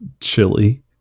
Chili